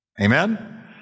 Amen